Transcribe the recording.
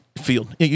field